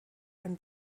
ein